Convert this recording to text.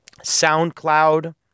SoundCloud